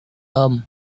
tom